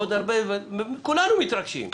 כולנו מתרגשים.